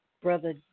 Brother